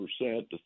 percent